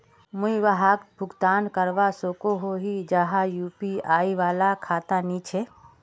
मुई वहाक भुगतान करवा सकोहो ही जहार यु.पी.आई वाला खाता नी छे?